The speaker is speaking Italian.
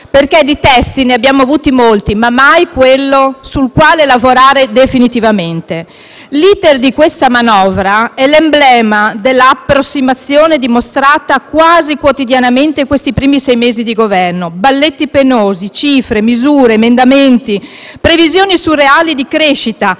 perché di testi ne abbiamo avuti molti, ma mai quello sul quale lavorare definitivamente. L'*iter* di questa manovra è l'emblema della approssimazione dimostrata quasi quotidianamente questi primi sei mesi di Governo. Balletti penosi, cifre, misure, emendamenti, previsioni surreali di crescita,